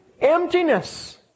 Emptiness